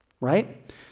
right